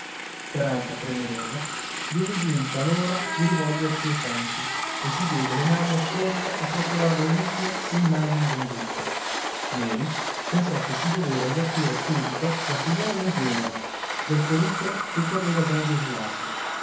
speranza premurosa vide giunta l'ora di rivolgersi ai santi e si diede le mani attorno a procurar reliquie e immagini benedette neri pensò che si doveva avvertire subito la figliuola e il genero del pericolo che correva don gesualdo